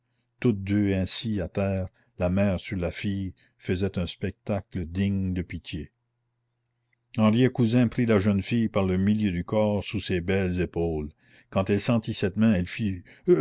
toutes deux ainsi à terre la mère sur la fille faisaient un spectacle digne de pitié henriet cousin prit la jeune fille par le milieu du corps sous ses belles épaules quand elle sentit cette main elle